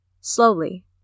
Slowly